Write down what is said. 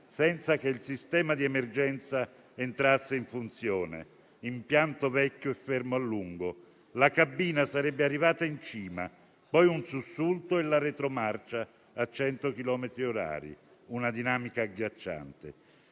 senza che il sistema di emergenza entrasse in funzione: impianto vecchio e fermo a lungo. La cabina sarebbe arrivata in cima, poi un sussulto e la retromarcia a 100 chilometri orari: una dinamica agghiacciante.